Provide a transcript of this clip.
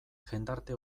jendarte